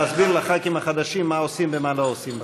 להסביר לח"כים החדשים מה עושים ומה לא עושים בכנסת.